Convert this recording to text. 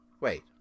wait